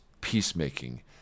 peacemaking